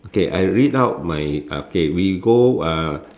okay I read out my okay we go uh